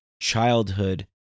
childhood